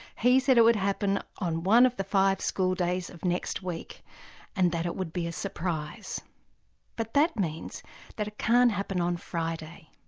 he said it would happen on one of the five school days of next week and that it would be a surprise but that means that it can't happen on friday.